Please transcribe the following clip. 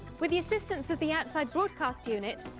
with the assistance of the outside broadcast unit,